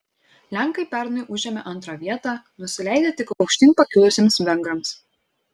lenkai pernai užėmė antrą vietą nusileidę tik aukštyn pakilusiems vengrams